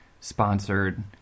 sponsored